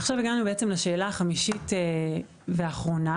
עכשיו הגענו לשאלה החמישית והאחרונה